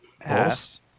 ass